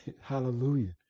Hallelujah